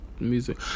music